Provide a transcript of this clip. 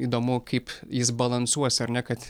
įdomu kaip jis balansuos ar ne kad